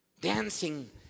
Dancing